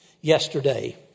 yesterday